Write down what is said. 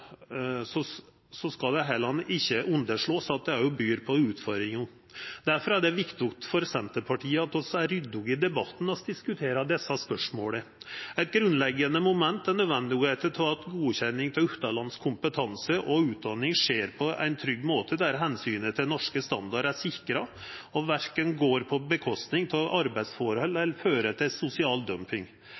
at det òg byr på utfordringar. Difor er det viktig for Senterpartiet at vi er ryddige i debatten når vi diskuterer desse spørsmåla. Eit grunnleggjande moment er nødvendigheita av at godkjenning av utanlandsk kompetanse og utdanning skjer på ein trygg måte, der omsynet til norske standardar er sikra og verken går ut over arbeidsforhold eller fører til sosial dumping.